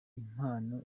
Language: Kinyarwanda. impano